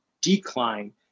decline